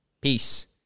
peace